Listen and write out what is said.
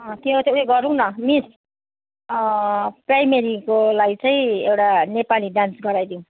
त्यहाँ चाहिँ उयो गरौँ न मिस प्राइमेरीकोलाई चाहिँ एउटा नेपाली डान्स गराइदिउँ